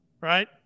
right